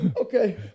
Okay